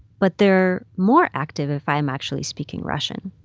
but they're more active if i'm actually speaking russian.